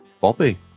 Bobby